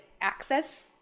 access